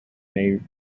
may